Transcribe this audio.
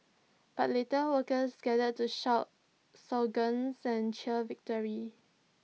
but later workers gathered to shout slogans and cheer victory